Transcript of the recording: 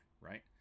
right